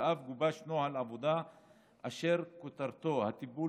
ואף גובש נוהל עבודה אשר כותרתו: הטיפול